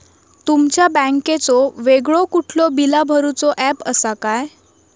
तुमच्या बँकेचो वेगळो कुठलो बिला भरूचो ऍप असा काय?